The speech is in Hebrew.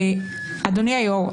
אדוני היושב-ראש,